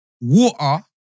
water